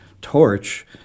torch